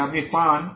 তাই এই আপনি পান